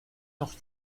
noch